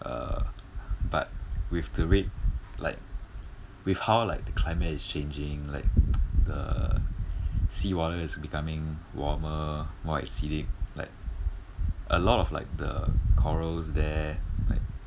uh but with the rate like with how like the climate is changing like the seawater is becoming warmer more acidic like a lot of like the corals there like